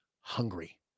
hungry